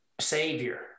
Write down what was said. Savior